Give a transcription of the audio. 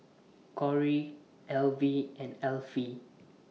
Corrie Alvie and Alfie